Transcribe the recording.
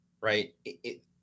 right